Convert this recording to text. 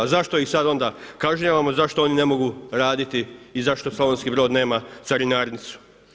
A zašto ih sada onda kažnjavamo, zašto oni ne mogu raditi i zašto Slavonski Brod nema carinarnicu?